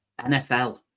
NFL